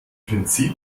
prinzip